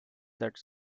that